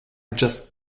just